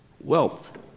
Wealth